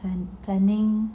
and planning